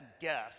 guess